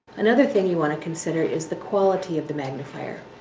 another thing you want to consider is the quality of the magnifier.